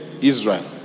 Israel